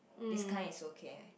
this kind is okay